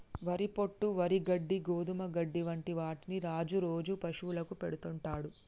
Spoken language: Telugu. వరి పొట్టు, వరి గడ్డి, గోధుమ గడ్డి వంటి వాటిని రాజు రోజు పశువులకు పెడుతుంటాడు